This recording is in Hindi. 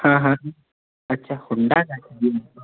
हाँ हाँ हाँ अच्छा होंडा का चाहिए